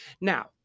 Now